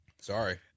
Sorry